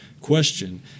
Question